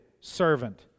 servant